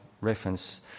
reference